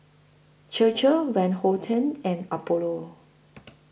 Chir Chir Van Houten and Apollo